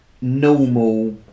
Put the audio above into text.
normal